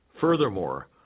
Furthermore